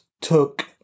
took